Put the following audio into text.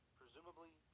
presumably